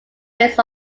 based